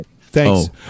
Thanks